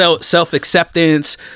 Self-acceptance